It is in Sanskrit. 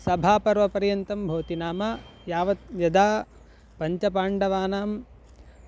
सभापर्वपर्यन्तं भवति नाम यावत् यदा पञ्च पाण्डवानां